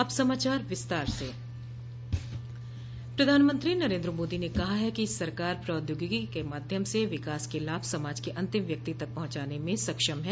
अब समाचार विस्तार से प्रधानमंत्री नरेन्द्र मोदी ने कहा है कि सरकार प्रौद्योगिकी के माध्यम से विकास के लाभ समाज के अंतिम व्यक्ति तक पहुंचाने में सक्षम है